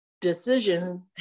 decision